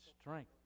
strength